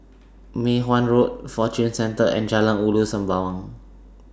Mei Hwan Road Fortune Centre and Jalan Ulu Sembawang